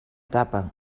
tapa